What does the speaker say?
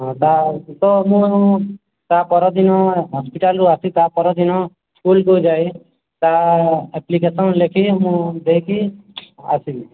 ହଁ ତାକୁ ତ ମୁଁ ତା ପରଦିନ ହସ୍ପିଟାଲରୁ ଆସି ତା ପରଦିନ ସ୍କୁଲକୁ ଯାଇ ତା ଆପ୍ଲିକେସନ ଲେଖିକି ମୁଁ ଦେଇକି ଆସିଲି